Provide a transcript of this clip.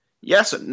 yes